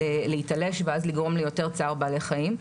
להיתלש ואז לגרום ליותר צער בעלי חיים.